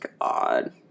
God